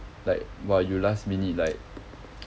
like !wah! you last minute like